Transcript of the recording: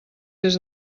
des